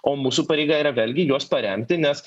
o mūsų pareiga yra vėlgi juos paremti nes